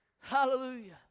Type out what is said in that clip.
Hallelujah